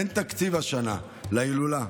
אין תקציב השנה להילולה,